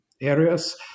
areas